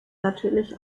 natürlich